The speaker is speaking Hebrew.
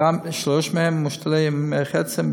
שלושה מהם מושתלי מוח עצם,